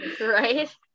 Right